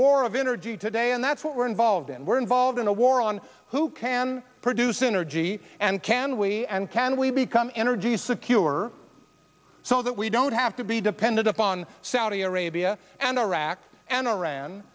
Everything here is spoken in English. war of energy today and that's what we're involved in we're involved in a war on who can produce energy and can we and can we become energy secure so that we don't have could be depended upon saudi arabia and iraq and iran